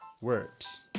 words